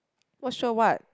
not sure what